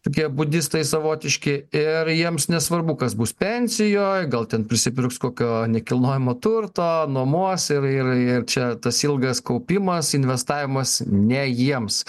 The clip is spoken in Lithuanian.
tokie budistai savotiški ir jiems nesvarbu kas bus pensijoj gal ten prisipirks kokio nekilnojamo turto nuomos ir ir čia tas ilgas kaupimas investavimas ne jiems